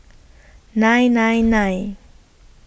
nine nine nine